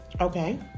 Okay